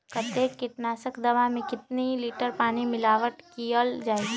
कतेक किटनाशक दवा मे कितनी लिटर पानी मिलावट किअल जाई?